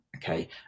Okay